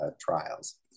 trials